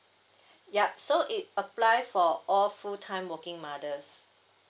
yup so it apply for all full time working mothers